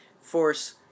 Force